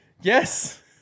Yes